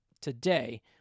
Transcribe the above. today